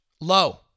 low